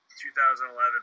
2011